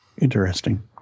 Interesting